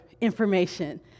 information